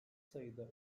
sayıda